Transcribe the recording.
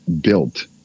built